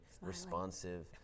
responsive